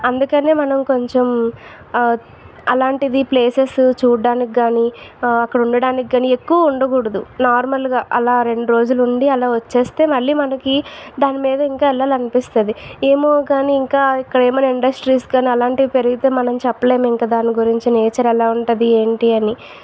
అందుకనే మనం కొంచం ఆ ఆలాంటిది ప్లేసెస్ చూడడానికి కానీ ఆక్కడ ఉండడానికి కానీ ఎక్కువ ఉండకూడదు నార్మల్గా అలా రెండు రోజులు ఉండి అలా వచ్చేస్తే మళ్ళి మనకి దాని మీద ఇంకా వెళ్ళాలనిపిస్తుంది ఏమో కానీ ఇంకా ఇక్కడేమైనా ఇండస్ట్రీస్ కానీ ఆలాంటివి పెరిగితే మనం చెప్పలేం ఇంకా దాని గురించి నేచర్ ఎలా ఉంటుంది ఏంటి అని